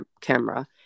camera